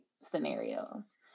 scenarios